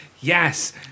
yes